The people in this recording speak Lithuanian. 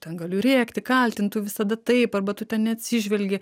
ten galiu rėkti kaltint tu visada taip arba tu ten neatsižvelgi